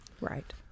Right